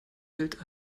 gilt